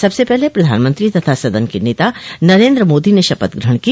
सबसे पहले प्रधानमंत्री तथा सदन के नेता नरेन्द्र मोदी ने शपथ ग्रहण की